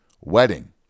wedding